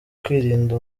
kwirinda